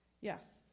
Yes